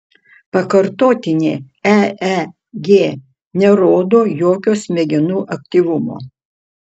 pakartotinė eeg nerodo jokio smegenų aktyvumo